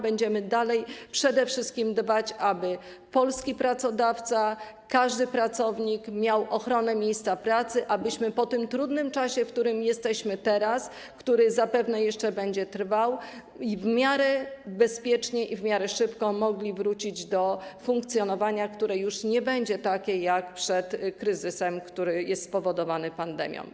Będziemy przede wszystkim dbać o to, aby polski pracodawca, aby każdy pracownik miał ochronę miejsca pracy, abyśmy po tym trudnym czasie, w którym jesteśmy teraz, który zapewne jeszcze będzie trwał, w miarę bezpiecznie i w miarę szybko mogli wrócić do funkcjonowania, które już nie będzie takie, jak przed kryzysem, który jest spowodowany pandemią.